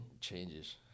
changes